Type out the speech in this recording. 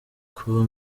kuba